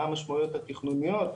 מה המשמעויות התכנוניות.